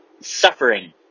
suffering